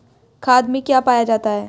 खाद में क्या पाया जाता है?